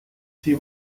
she